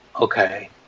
okay